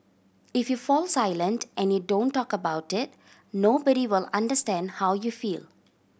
if you fall silent and you don't talk about it nobody will understand how you feel